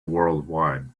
worldwide